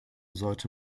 sollte